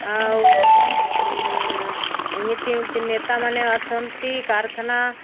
ଆଉ ଏମିତି ଏମିତି ନେତାମାନେ ଅଛନ୍ତି କାରଖାନା